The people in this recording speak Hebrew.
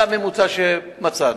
זה הממוצע שמצאנו.